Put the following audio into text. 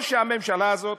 או שהממשלה הזאת